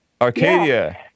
Arcadia